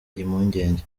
impungenge